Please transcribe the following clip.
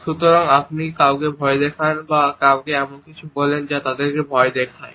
সুতরাং আপনি যদি কাউকে ভয় দেখান বা কাউকে এমন কিছু বলেন যা তাদের ভয় দেখায়